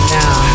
now